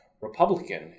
Republican